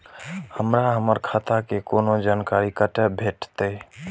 हमरा हमर खाता के कोनो जानकारी कतै भेटतै?